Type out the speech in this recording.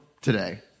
today